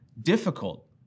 difficult